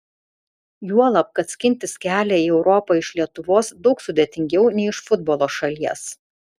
juolab kad skintis kelią į europą iš lietuvos daug sudėtingiau nei iš futbolo šalies